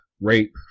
rape